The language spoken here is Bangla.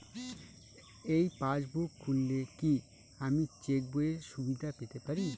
এই পাসবুক খুললে কি আমি চেকবইয়ের সুবিধা পেতে পারি?